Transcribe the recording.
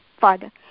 Father